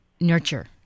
nurture